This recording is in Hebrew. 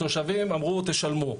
התושבים אמרו, תשלמו.